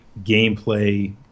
gameplay